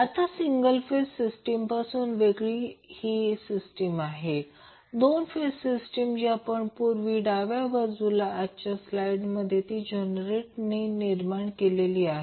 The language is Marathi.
आता सिंगल फेज सिस्टीम पासून ही वेगळी आहे 2 फेज सिस्टीम जी आपण पूर्वी डाव्या बाजूला आजच्या स्लाईड मध्ये ती जनरेटर ने निर्माण केलेली आहे